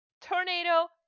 tornado